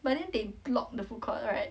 but then they block the food court right